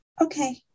Okay